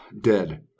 dead